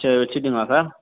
சரி வச்சிட்டிங்களா சார்